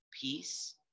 peace